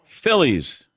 Phillies